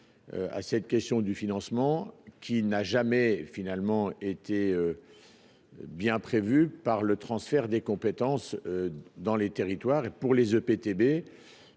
à cette question du financement qui n'a jamais finalement été bien prévus par le transfert des compétences dans les territoires et pour les EPTB,